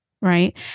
right